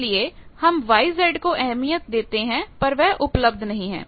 इसलिए हम YZ को अहमियत देते हैं पर वह उपलब्ध नहीं है